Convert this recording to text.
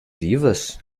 vivas